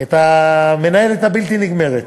את המנהלת הבלתי-נגמרת